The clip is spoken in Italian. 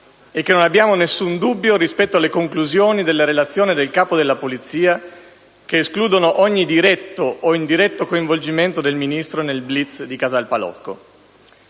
e che non abbiamo alcun dubbio rispetto alle conclusioni della relazione del Capo della Polizia che escludono ogni diretto o indiretto coinvolgimento del Ministro nel *blitz* di Casal Palocco.